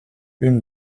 une